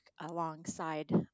alongside